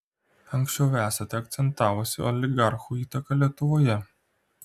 anksčiau esate akcentavusi oligarchų įtaką lietuvoje